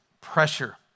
pressure